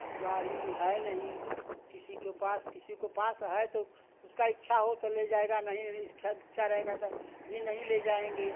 अब गाड़ी है नहीं किसी के पास किसी के पास है तो उसकी इच्छा हो तो ले जाएगा नहीं इच्छा इच्छा रहेगी तो भी नहीं ले जाएँगे